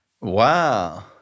Wow